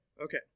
okay